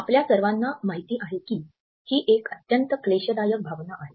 आपल्या सर्वांना माहिती आहे की ही एक अत्यंत क्लेशदायक भावना आहे